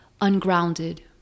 ungrounded